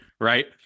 Right